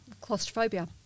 claustrophobia